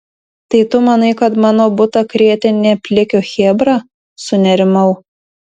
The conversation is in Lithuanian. tai tu manai kad mano butą krėtė ne plikio chebra sunerimau